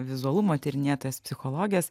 vizualumo tyrinėtojos psichologės